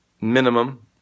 minimum